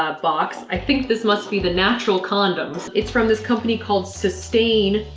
ah box, i think this must be the natural condoms. it's from this company called sustain,